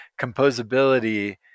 composability